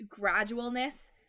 gradualness